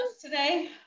today